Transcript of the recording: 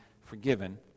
forgiven